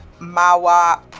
Mawa